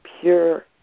pure